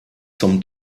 zum